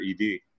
ED